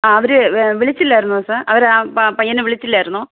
ആ അവർ വിളിച്ചില്ലായിരുന്നോ സാ അവർ ആ പയ്യനെ വിളിച്ചില്ലായിരുന്നോ